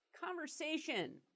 conversation